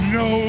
no